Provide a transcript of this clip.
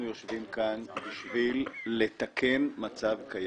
בשביל לתקן מצב קיים.